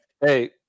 hey